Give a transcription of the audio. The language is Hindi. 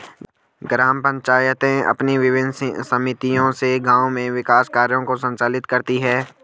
ग्राम पंचायतें अपनी विभिन्न समितियों से गाँव में विकास कार्यों को संचालित करती हैं